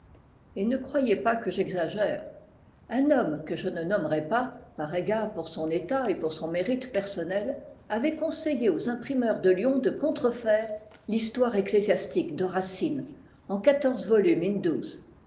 et ne croyez pas que j'exagère un homme que je ne nommerai pas par égard pour son état et pour son mérite personnel avait conseillé aux imprimeurs de lyon de contrefaire l'histoire ecclésiastique de racine en quatorze volumes in douze